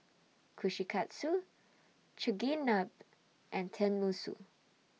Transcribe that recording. Kushikatsu Chigenabe and Tenmusu